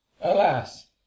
alas